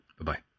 Bye-bye